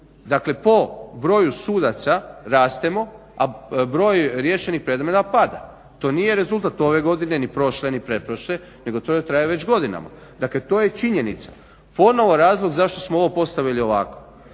dakle po broju sudaca rastemo, a broj riješenih predmeta pada. To nije rezultat ove godine ni prošle ni pretprošle nego to traje već godinama. Dakle to je činjenica, ponovo razlog zašto smo ovo postavili ovako.